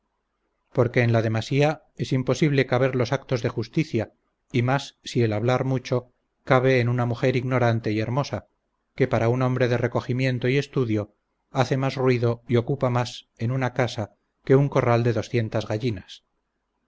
porque en la demasía es imposible caber los actos de justicia y más si el hablar mucho cabe en una mujer ignorante y hermosa que para un hombre de recogimiento y estudio hace más ruido y ocupa más en una casa que un corral de doscientas gallinas